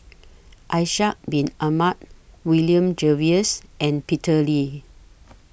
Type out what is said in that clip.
Ishak Bin Ahmad William Jervois and Peter Lee